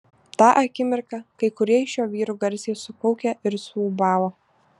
tą akimirką kai kurie iš jo vyrų garsiai sukaukė ir suūbavo